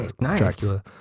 Dracula